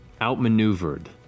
outmaneuvered